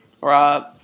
rob